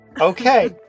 Okay